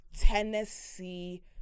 tennessee